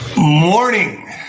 Morning